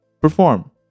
perform